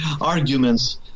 arguments